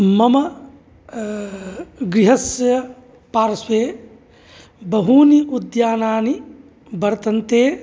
मम गृहस्य पार्श्वे बहूनि उद्यानानि वर्तन्ते